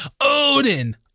odin